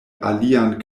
alian